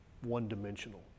one-dimensional